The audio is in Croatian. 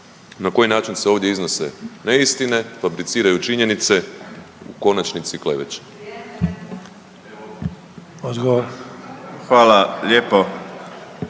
na koji način se ovdje iznose neistine, fabriciraju činjenice, u konačnosti kleveće.